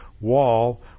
wall